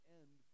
end